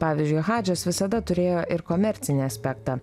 pavyzdžiui hadžas visada turėjo ir komercinį aspektą